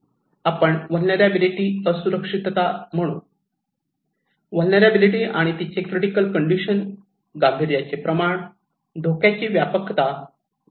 आपण याला व्हलनेरलॅबीलीटी असुरक्षितता म्हणू ही व्हलनेरलॅबीलीटी आणि तिचे क्रिटिकल कंडिशन गांभीर्य याचे प्रमाण धोक्याच्या व्यापकतेचे निर्देशक ठरतात